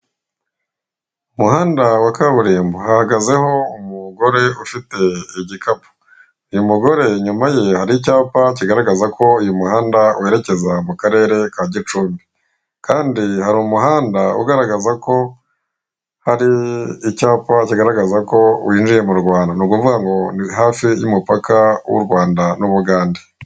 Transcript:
Muhanda wa kaburimbo hahagazeho umugore ufite igikapu, uyu mugore inyuma ye hari icyapa kigaragaza ko uyu muhanda werekeza mu karere ka Gicumbi, kandi hari umuhanda ugaragaza ko hari icyapa zigaragaza ko winjiye mu Rwanda, ni ukuvuga ngo ni hafi y'umupaka w'u Rwanda n'Ubugande.